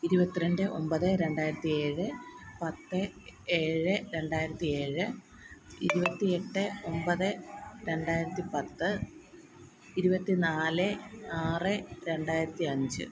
ഇരുപത്തി രണ്ട് ഒമ്പത് രണ്ടായിരത്തി ഏഴ് പത്ത് ഏഴ് രണ്ടായിരത്തി ഏഴ് ഇരുപത്തി എട്ട് ഒമ്പത് രണ്ടായിരത്തി പത്ത് ഇരുപത്തിനാല് ആറ് രണ്ടായിരത്തി അഞ്ച്